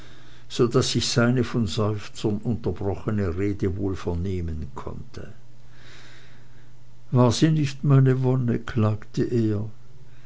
so daß ich seine von seufzern unterbrochene rede wohl vernehmen konnte war sie nicht meine wonne klagte er